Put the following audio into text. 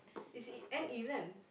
it's e~ an event